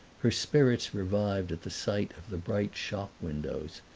her spirits revived at the sight of the bright shop windows,